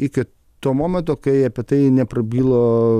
iki to momento kai apie tai neprabilo